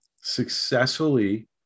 successfully